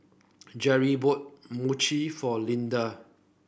Jerry bought Mochi for Lidia